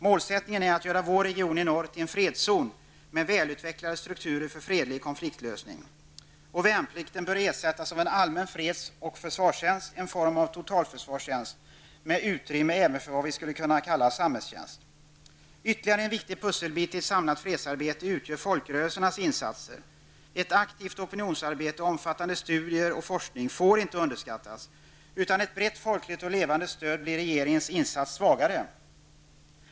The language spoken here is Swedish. Målsättningen är att göra vår region i norr till en fredszon med välutvecklade strukturer för fredlig konfliktlösning. Värnplikten bör ersättas av en allmän freds och försvarstjänst, en form av totalförsvarstjänst med utrymme även för vad vi skulle kunna kalla samhällstjänst. Ytterligare en viktig pusselbit i ett samlat fredsarbete utgör folkrörelsernas insatser. Ett aktivt opinionsarbete, omfattande studier och forskning, får inte underskattas. Utan ett brett folkligt och levande stöd blir regeringens insatser svagare.